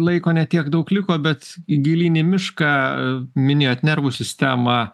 laiko ne tiek daug liko bet gilyn į mišką minėjot nervų sistemą